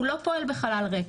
הוא לא פועל בחלל ריק,